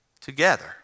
Together